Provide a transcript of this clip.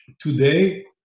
Today